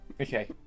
Okay